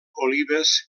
olives